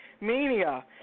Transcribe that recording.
Mania